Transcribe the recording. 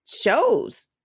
shows